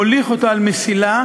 מוליך אותה על מסילה,